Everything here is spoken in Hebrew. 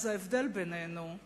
ההבדל בינינו הוא